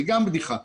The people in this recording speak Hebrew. גם זאת בדיחה.